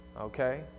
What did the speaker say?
Okay